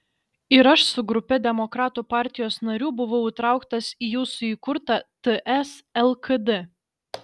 ir aš su grupe demokratų partijos narių buvau įtrauktas į jūsų įkurtą ts lkd